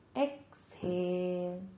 exhale